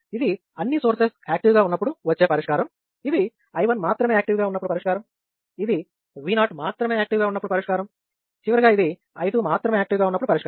ఇది అన్ని sources active గా ఉన్నప్పుడు వచ్చే పరిష్కారం ఇది I 1 మాత్రమే యాక్టివ్ గా ఉన్నప్పుడు పరిష్కారం ఇది V0 మాత్రమే యాక్టివ్ గా ఉన్నప్పుడు పరిష్కారం చివరగా ఇది I 2 మాత్రమే యాక్టివ్ గా ఉన్నప్పుడు పరిష్కారం